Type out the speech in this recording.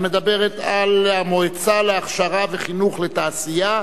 המדברת על המועצה להכשרה וחינוך לתעשייה.